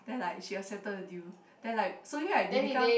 then like she accepted the deal then like slowly right they become